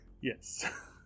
Yes